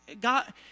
God